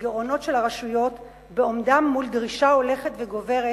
וגירעונות של הרשויות בעומדן מול דרישה הולכת וגוברת